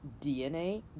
DNA